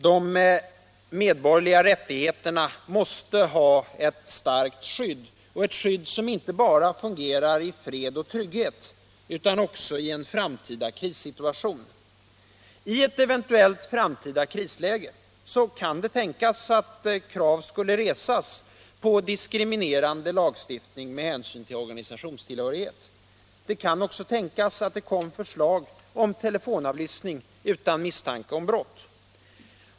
De medborgerliga rättigheterna måste ha ett starkt skydd — och ett skydd som inte bara fungerar under fred och trygghet, utan också i en framtida krissituation. I ett eventuellt framtida krisläge kan det tänkas att krav skulle resas på diskriminerande lagstiftning med hänsyn till organisationstillhörighet. Det kan också tänkas komma förslag till telefonavlyssning utan misstanke om brott.